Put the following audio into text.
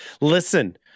Listen